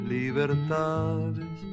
libertades